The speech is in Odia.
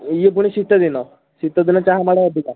ଇଏ ଫୁଣି ଶୀତଦିନ ଶୀତଦିନ ଚାହା ଆମର ଅଧିକା